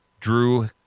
drew